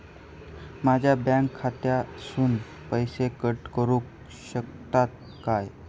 माझ्या बँक खात्यासून पैसे कट करुक शकतात काय?